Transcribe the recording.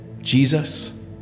Jesus